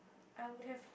I would have